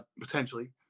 potentially